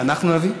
שאנחנו נביא,